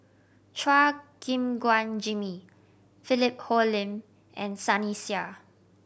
Chua Gim Guan Jimmy Philip Hoalim and Sunny Sia